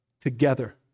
together